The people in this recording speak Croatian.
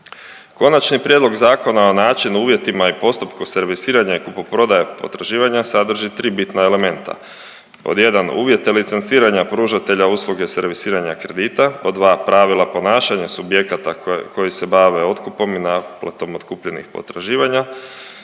Konačni prijedlog Zakona o načinu, uvjetima i postupku servisiranja i kupoprodaje potraživanja sadrži 3 bitna elementa. Pod 1, uvjete licenciranja pružatelja usluge servisiranja kredita, pod 2, pravila ponašanja subjekata koji se bave otkupom i naplatom otkupljenih potraživanja